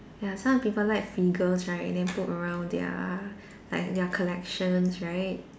ya some people like figures right then put around their like their collections right